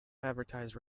advertise